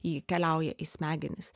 ji keliauja į smegenis